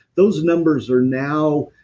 those numbers are now.